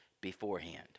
beforehand